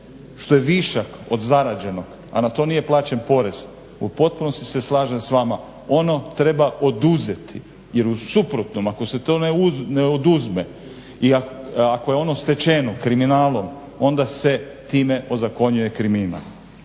što je višak od zarađenog, a na to nije plaćen porez u potpunosti se slažem s vama ono treba oduzeti jer u suprotnom ako se to ne oduzme i ako je ono stečeno kriminalom onda se time ozakonjuje kriminal.